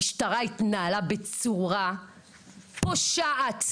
המשטרה התנהלה בצורה פושעת!